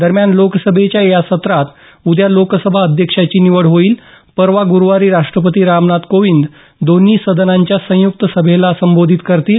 दरम्यान लोकसभेच्या या सत्रात उद्या लोकसभा अध्यक्षांची निवड होईल परवा गुरुवारी राष्ट्रपती रामनाथ कोविंद दोन्ही सदनांच्या संयुक्त सभेला संबोधित करतील